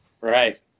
right